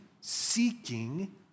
seeking